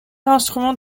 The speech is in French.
instrument